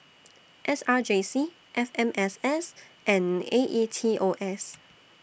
S R J C F M S S and A E T O S